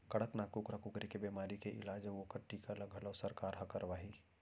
कड़कनाथ कुकरा कुकरी के बेमारी के इलाज अउ ओकर टीका ल घलौ सरकार हर करवाही